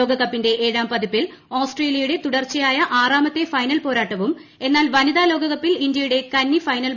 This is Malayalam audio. ലോകകപ്പിന്റെ ഏഴാംപതിപ്പിൽ ഓസ്ട്രേലിയയുടെ തുടർച്ചയായ ആറാമത്തെ ഫൈനൽ പോരാട്ടവും എന്നാൽ വനിതാ ലോകകപ്പിൽ ഇന്ത്യയുടെ കന്നി ഫൈനൽ മത്സരവുമാണിത്